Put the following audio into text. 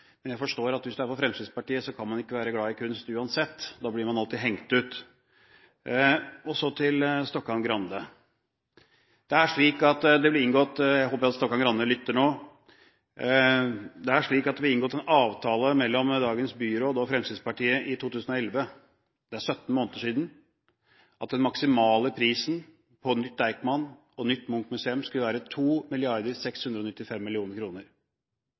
Men jeg forstår at hvis man er fra Fremskrittspartiet, så kan man uansett ikke være glad i kunst. Da blir man alltid hengt ut. Og så til Stokkan-Grande. Jeg håper han lytter nå. Det ble inngått en avtale mellom dagens byråd og Fremskrittspartiet i 2011 – det er 17 måneder siden – om at den maksimale prisen på nytt Deichman og nytt Munch-museum skulle være 2 695 mill. kr. Det gikk et år, og så ble den nye kostnaden for de to